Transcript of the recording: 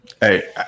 Hey